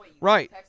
right